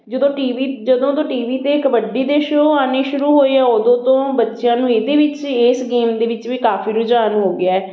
ਜਦੋਂ T V ਜਦੋਂ ਤੋਂ ਟੀ ਵੀ 'ਤੇ ਕਬੱਡੀ ਦੇ ਸ਼ੋਅ ਆਉਣੇ ਸ਼ੁਰੂ ਹੋਏ ਆ ਉਦੋਂ ਤੋਂ ਬੱਚਿਆਂ ਨੂੰ ਇਹਦੇ ਵਿੱਚ ਇਸ ਗੇਮ ਦੇ ਵਿੱਚ ਵੀ ਕਾਫ਼ੀ ਰੁਝਾਨ ਹੋ ਗਿਆ